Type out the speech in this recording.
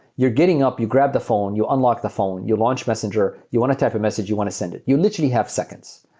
you're getting up. you grab the phone. you unlock the phone. you launch messenger. you want to type a message. you want to send it. you literally have seconds.